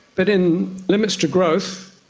but in limits to growth,